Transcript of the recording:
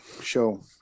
show